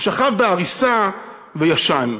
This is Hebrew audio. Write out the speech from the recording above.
הוא שכב בעריסה וישן.